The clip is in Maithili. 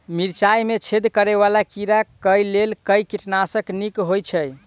मिर्चाय मे छेद करै वला कीड़ा कऽ लेल केँ कीटनाशक नीक होइ छै?